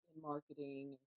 marketing